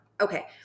Okay